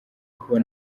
kuba